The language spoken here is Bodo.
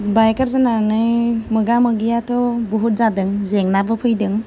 बाइकार जानानै मोगा मोगियाथ' बहुद जादों जेंनाबो फैदों